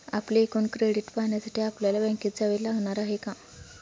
आपले एकूण क्रेडिट पाहण्यासाठी आपल्याला बँकेत जावे लागणार आहे का?